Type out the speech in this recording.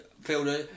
Fielder